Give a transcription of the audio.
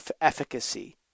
efficacy